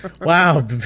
Wow